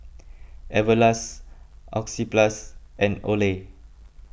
Everlast Oxyplus and Olay